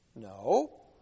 No